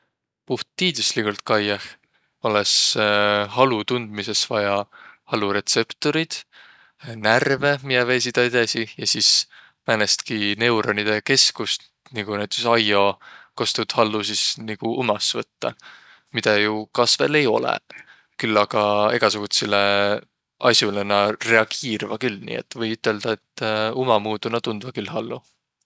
Puht tiidüsligult kaiõh olõs halu tundmisõs vaja halu retseptoriid, närve, miä veesiq tä edesi ja sis määnestki neuronidõ keskust, nigu näütüses ajjo, kos tuud hallu sis nigu umas võttaq. Midä jo kasvõl ei olõq, küll aga egäsugutsilõ as'olõ näq reagiirväq küll nii, et või üteldäq, et ummamuudu näq tundvaq küll hallu.